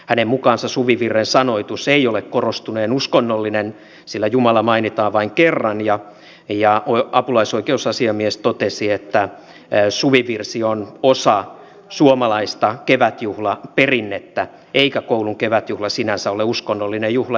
hänen mukaansa suvivirren sanoitus ei ole korostuneen uskonnollinen sillä jumala mainitaan vain kerran ja apulaisoikeusasiamies totesi että suvivirsi on osa suomalaista kevätjuhlaperinnettä eikä koulun kevätjuhla sinänsä ole uskonnollinen juhla